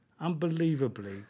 Unbelievably